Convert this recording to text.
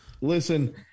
Listen